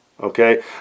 Okay